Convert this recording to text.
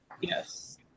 Yes